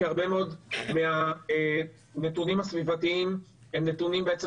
כי הרבה מאוד מהנתונים הסביבתיים הם נתונים בעצם